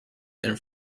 and